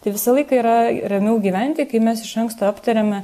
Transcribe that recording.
tai visą laiką yra ramiau gyventi kai mes iš anksto aptariame